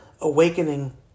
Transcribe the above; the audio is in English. awakening